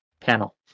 panel